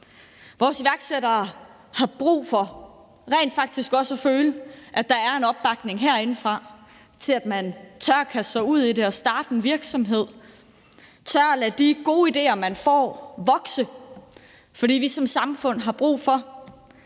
Vores iværksættere har brug for rent faktisk også at føle, at der er en opbakning herindefra til, at man tør kaste sig ud i det videre starte en virksomhed, tør lade de gode idéer, man får, vokse, fordi vi som samfund har brug for,